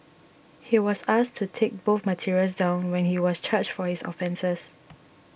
he was asked to take both materials down when he was charged for his offences